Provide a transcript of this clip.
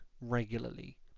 regularly